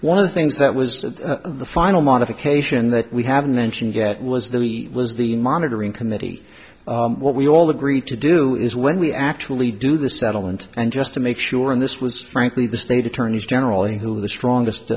the things that was the final modification that we haven't mentioned yet was that he was the monitoring committee what we all agreed to do is when we actually do the settlement and just to make sure and this was frankly the state attorneys general who are the strongest